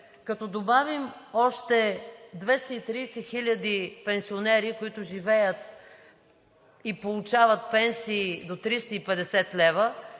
Като добавим още 230 хил. пенсионери, които живеят и получават пенсии до 350 лв.,